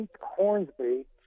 Hornsby